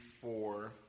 four